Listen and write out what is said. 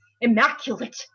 immaculate